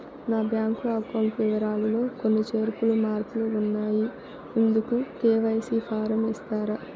నా bank account వివరాలు లో కొన్ని చేర్పులు మార్పులు ఉన్నాయి, ఇందుకు కె.వై.సి ఫారం ఇస్తారా?